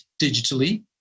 digitally